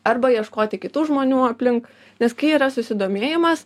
arba ieškoti kitų žmonių aplink nes kai yra susidomėjimas